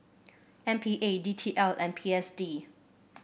M P A D T L and P S D